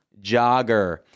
Jogger